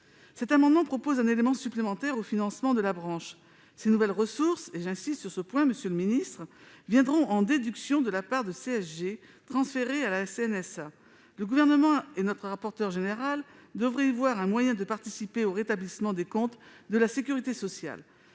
Cet amendement vise à prévoir un élément supplémentaire dans le financement de la branche. Ces nouvelles ressources- j'insiste sur ce point -viendront en déduction de la part de CSG transférée à la CNSA. Le Gouvernement et notre rapporteur général devraient y voir un moyen de participer au rétablissement des comptes de la sécurité sociale.